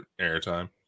airtime